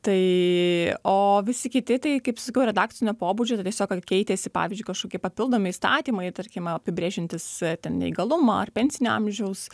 tai o visi kiti tai kaip sakiau redakcinio pobūdžio tai tiesiog kad keitėsi pavyzdžiui kažkokie papildomi įstatymai tarkim apibrėžiantys ten neįgalumą ar pensinio amžiaus